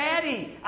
Daddy